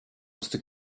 wusste